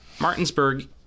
Martinsburg